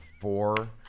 four